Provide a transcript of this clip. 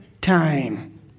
time